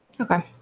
okay